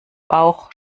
bauch